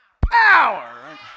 Power